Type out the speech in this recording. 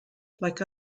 like